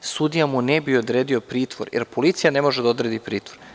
Sudija mu ne bi odredio pritvor, jer policija ne može da odredi pritvor.